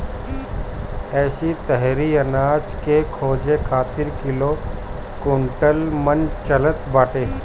एही तरही अनाज के जोखे खातिर किलो, कुंटल, मन चलत बाटे